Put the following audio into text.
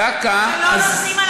אבל הבעיה היא בדיוק שלא נותנים על